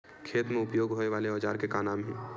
खेत मा उपयोग होए वाले औजार के का नाम हे?